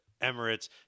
Emirates